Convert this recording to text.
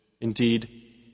Indeed